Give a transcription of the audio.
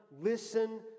Listen